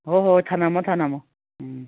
ꯍꯣꯏ ꯍꯣꯏ ꯊꯅꯝꯃꯣ ꯊꯝꯅꯃꯣ ꯎꯝ